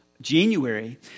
January